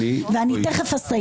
אני תכף אסיים.